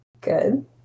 good